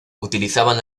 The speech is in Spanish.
utilizaban